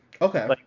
Okay